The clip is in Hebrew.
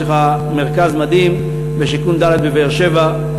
ויש לך מרכז מדהים בשיכון ד' בבאר-שבע,